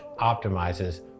optimizes